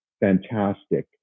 fantastic